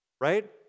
right